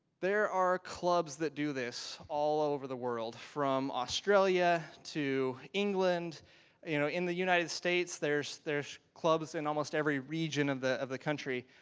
there are clubs that do this all over the world, from australia to england and you know in the united states. there's there's clubs in almost every region of the of the country.